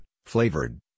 flavored